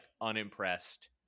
unimpressed